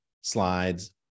slides